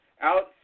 outside